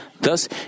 Thus